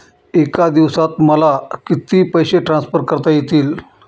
एका दिवसात मला किती पैसे ट्रान्सफर करता येतील?